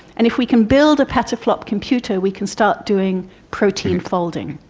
and if we can build a petaflop computer we can start doing protein folding.